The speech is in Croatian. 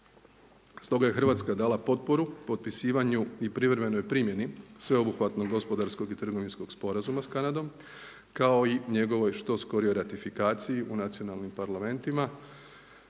Stoga je Hrvatska dala potporu potpisivanju i privremenoj primjeni sveobuhvatnog gospodarskog i trgovinskog sporazuma sa Kanadom kao i njegovoj što skorijoj ratifikaciji u nacionalnim parlamentima.